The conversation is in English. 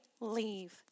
leave